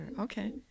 okay